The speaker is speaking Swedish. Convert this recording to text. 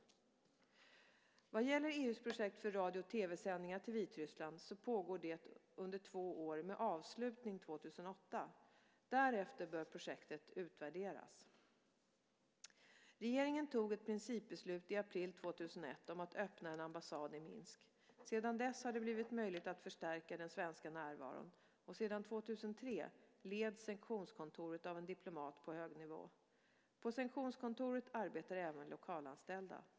Vad gäller EU:s projekt för radio och tv-sändningar till Vitryssland pågår detta under två år med avslutning 2008. Därefter bör projektet utvärderas. Regeringen tog ett principbeslut i april 2001 om att öppna en ambassad i Minsk. Sedan dess har det blivit möjligt att förstärka den svenska närvaron, och sedan 2003 leds sektionskontoret av en diplomat på hög nivå. På sektionskontoret arbetar även lokalanställda.